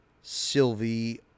Sylvie